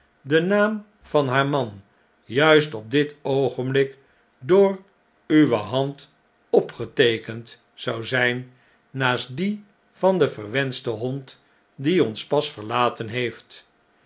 de naam van haar man jaist op dit oogenblik door uwe hand opgeteekend zou zijn naast dien van den verwenschten hond die ons pas verlaten heeft